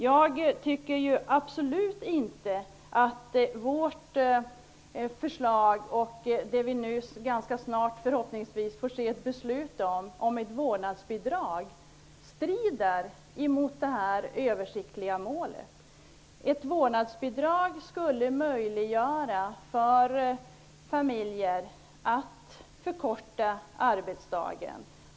Jag tycker absolut inte att vårt förslag om ett vårdnadsbidrag, som vi förhoppningsvis ganska snart skall få ett beslut om, strider mot detta översiktliga mål. Ett vårdnadsbidrag skulle möjliggöra för familjer att förkorta arbetsdagen.